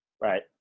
Right